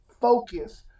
focus